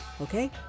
Okay